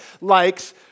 likes